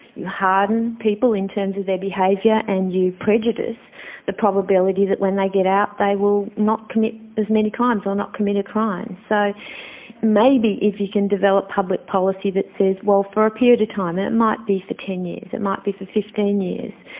you harden people in terms of their behaviour and you prejudice the probability that when they get out they will not commit as many crimes or not commit a crime. so maybe if you can develop public policy that says, well, for a period of time, and it might be fourteen years, it might be for fifteen years,